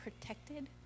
protected